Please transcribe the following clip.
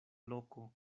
loko